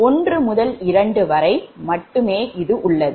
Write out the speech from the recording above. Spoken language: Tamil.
1 முதல் 2 வரை உள்ளது